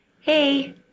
Hey